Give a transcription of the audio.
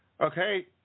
okay